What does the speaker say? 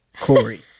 Corey